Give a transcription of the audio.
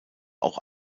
auch